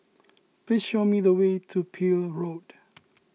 please show me the way to Peel Road